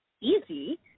easy